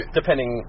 depending